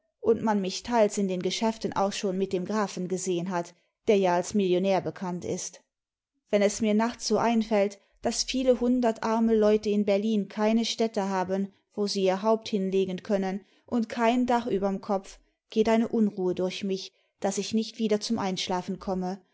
und man mich teils in den geschäften auch schon mit dem grafen gesehen hat der ja als millionär bekannt ist wenn es mir nachts so einfällt daß viele htmdert arme leute in berlin keine stätte haben wo sie ihr haupt hinlegen können und kein dach überm kopf geht eine unruhe durch mich daß ich nicht wieder zum einschlafen komme